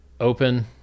Open